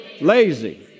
lazy